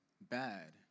bad